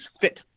fit